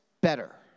better